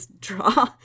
draw